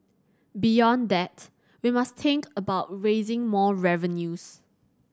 beyond that we must think about raising more revenues